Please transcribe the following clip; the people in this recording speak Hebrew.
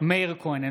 מאיר כהן,